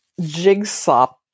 jigsaw